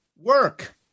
work